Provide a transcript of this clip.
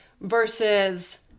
versus